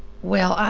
well,